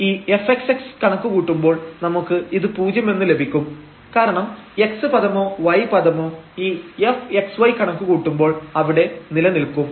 ഇനി ഈ fxx കണക്കുകൂട്ടുമ്പോൾ നമുക്ക് ഇത് പൂജ്യമെന്ന് ലഭിക്കും കാരണം x പദമോ y പദമോ ഈ fxy കണക്കുകൂട്ടുമ്പോൾ അവിടെ നിലനിൽക്കും